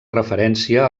referència